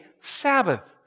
Sabbath